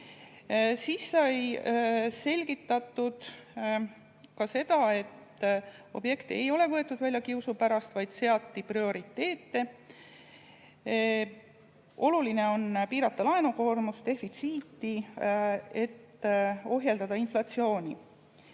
Siis sai selgitatud ka seda, et objekte ei ole võetud välja kiusu pärast, vaid seati prioriteete. Oluline on piirata laenukoormust, defitsiiti, et ohjeldada inflatsiooni.